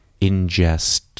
ingest